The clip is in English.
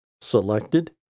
selected